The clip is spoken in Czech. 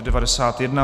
91.